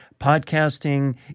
podcasting